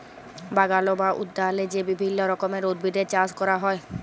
বাগাল বা উদ্যালে যে বিভিল্য রকমের উদ্ভিদের চাস ক্যরা হ্যয়